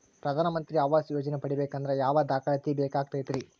ಪ್ರಧಾನ ಮಂತ್ರಿ ಆವಾಸ್ ಯೋಜನೆ ಪಡಿಬೇಕಂದ್ರ ಯಾವ ದಾಖಲಾತಿ ಬೇಕಾಗತೈತ್ರಿ?